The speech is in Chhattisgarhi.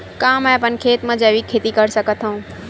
का मैं अपन खेत म जैविक खेती कर सकत हंव?